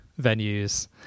venues